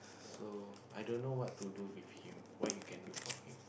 so i don't know what to do with him what you can do for him